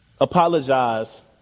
apologize